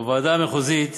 בוועדה המחוזית